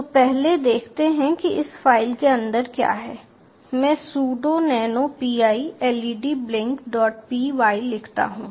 तो पहले देखते हैं कि इस फाइल के अंदर क्या है मैं sudo nano pi LED blink dot py लिखता हूं